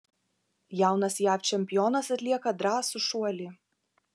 jaunas jav čempionas atlieka drąsų šuolį